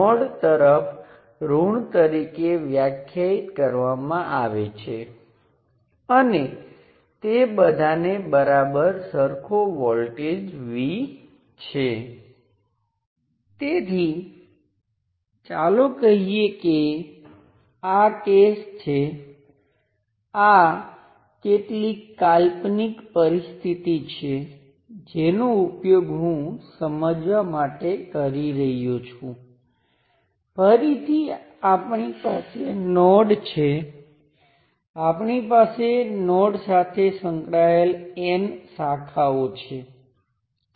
હવે આ કિસ્સાઓમાં જે વ્યક્તિ સર્કિટનો ઉપયોગ કરે છે જે સર્કિટની અંદર ફેરફાર કરી શકતો નથી તેનો કોઈ વાંધો નથી અંદર શું છે તેની કોઈ વાત કરેલ નથી સર્કિટની સંપૂર્ણ રચના જે વધુ ઉપયોગી છે તે સર્કિટનું મોડેલ આપો મોડેલને સરળ બનાવવું જેની હું ટૂંક સમયમાં ચર્ચા કરીશ